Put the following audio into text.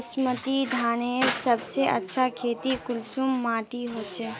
बासमती धानेर सबसे अच्छा खेती कुंसम माटी होचए?